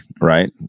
right